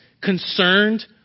concerned